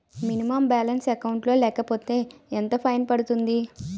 Minimum balance account లో లేకపోతే ఎంత ఫైన్ పడుతుంది?